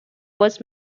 was